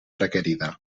requerida